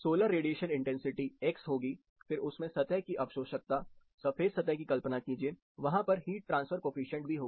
solar radiation intensity x होगी फिर उसमें सतह की अवशोषकता सफेद सतह की कल्पना कीजिए वहां पर हीट ट्रांसफर कॉएफिशिएंट भी होगा